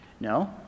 No